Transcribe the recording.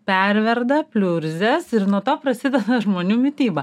perverda pliurzes ir nuo to prasideda žmonių mityba